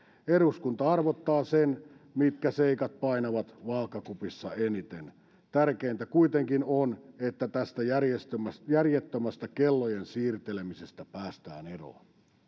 eduskunta arvottaa sen mitkä seikat painavat vaakakupissa eniten tärkeintä kuitenkin on että tästä järjettömästä kellojen siirtelemisestä päästään eroon